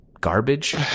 garbage